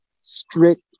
strict